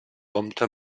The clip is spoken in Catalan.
compta